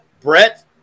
Brett